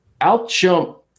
out-jump